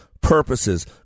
purposes